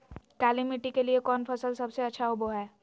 काली मिट्टी के लिए कौन फसल सब से अच्छा होबो हाय?